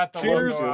Cheers